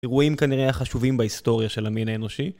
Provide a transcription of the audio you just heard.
אירועים כנראה החשובים בהיסטוריה של המין האנושי